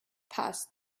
past